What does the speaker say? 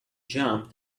jump